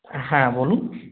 হ্যাঁ বলুন